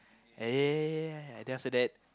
eh then after that